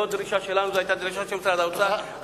זו לא דרישה שלנו, זו היתה דרישה של משרד האוצר.